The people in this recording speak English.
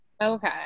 Okay